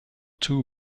too